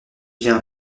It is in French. via